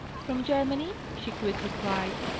from germany? she quickly cried.